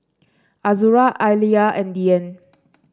Azura Alya and Dian